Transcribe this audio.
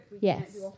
Yes